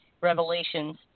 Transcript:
revelations